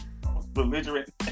belligerent